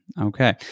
Okay